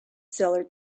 seller